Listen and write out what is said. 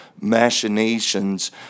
machinations